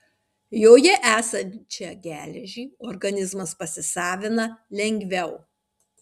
joje esančią geležį organizmas pasisavina lengviau